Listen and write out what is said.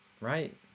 right